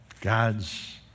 God's